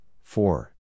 four